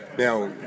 Now